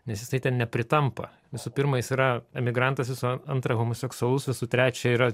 nes jisai ten nepritampa visų pirma jis yra emigrantas visų antra homoseksualus visų trečia yra